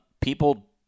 people